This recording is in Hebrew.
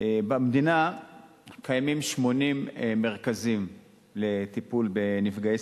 במדינה קיימים 80 מרכזים לטיפול בנפגעי